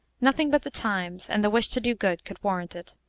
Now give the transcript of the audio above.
nothing but the times, and the wish to do good, could warrant it.